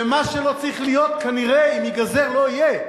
ומה שלא צריך להיות, כנראה אם ייגזר, לא יהיה.